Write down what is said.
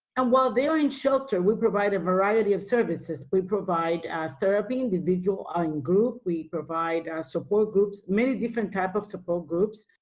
and while they're in shelter, we provide a variety of services. we provide therapy, individual and group, we provide a support groups, many different types of support groups.